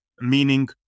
meaning